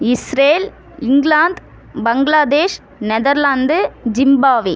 Israel England Bangladesh Netherlands Zimbabwe